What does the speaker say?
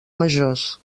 majors